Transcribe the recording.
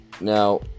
Now